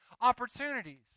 opportunities